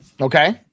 Okay